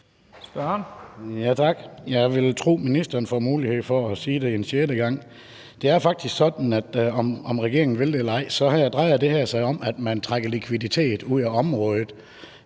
Jeg vil tro, ministeren får mulighed for at sige det en sjette gang. Det er faktisk sådan, at, om regeringen vil det eller ej, så drejer det her sig om, at man trækker likviditet ud af området.